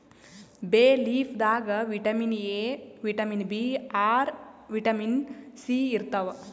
ಬೇ ಲೀಫ್ ದಾಗ್ vitamin A, vitamin B R, vitamin C ಇರ್ತವ್